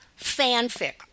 fanfic